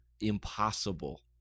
impossible